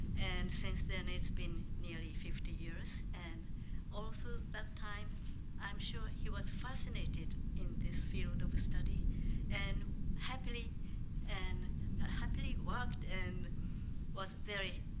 and since then it's been nearly fifty years and all through that time i'm sure he was fascinated in this field study and happily and happily worked and was very